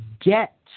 get